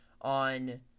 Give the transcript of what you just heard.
on